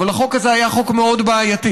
אבל החוק הזה היה חוק מאוד בעייתי.